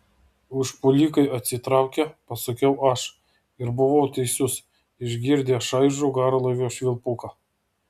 užpuolikai atsitraukė pasakiau aš ir buvau teisus išgirdę šaižų garlaivio švilpuką